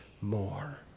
more